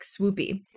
swoopy